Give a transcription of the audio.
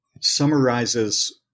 summarizes